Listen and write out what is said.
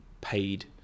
paid